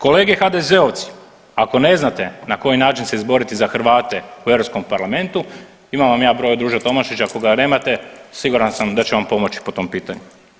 Kolege HDZ-ovci ako ne znate na koji način se izboriti za Hrvate u Europskom parlamentu, imam vam ja broj od Ruže Tomašić, ako ga nemate siguran sam da će vam pomoći po tom pitanju.